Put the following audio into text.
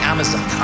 Amazon